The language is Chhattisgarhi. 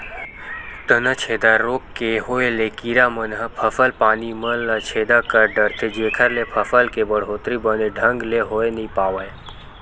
तनाछेदा रोग के होय ले कीरा मन ह फसल पानी मन ल छेदा कर डरथे जेखर ले फसल के बड़होत्तरी बने ढंग ले होय नइ पावय